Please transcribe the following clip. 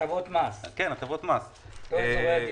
הטבות מס, לא אזורי עדיפות.